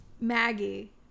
Maggie